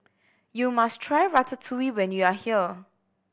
you must try Ratatouille when you are here